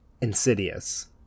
Insidious